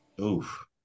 Oof